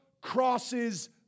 crosses